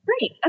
Great